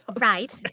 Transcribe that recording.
Right